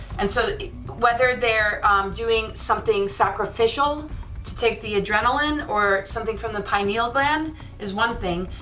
and so whether they're doing something sacrificial to take the adrenaline or something from the pineal gland is one thing,